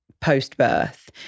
post-birth